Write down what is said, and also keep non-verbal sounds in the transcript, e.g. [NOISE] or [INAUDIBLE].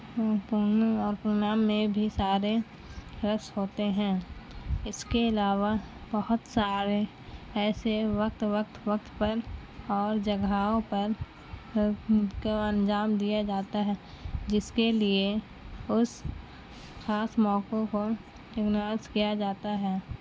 اور [UNINTELLIGIBLE] میں بھی سارے رقص ہوتے ہیں اس کے علاوہ بہت سارے ایسے وقت وقت وقت پر اور جگہوں پر کا انجام دیا جاتا ہے جس کے لیے اس خاص موقع کو اگناس کیا جاتا ہے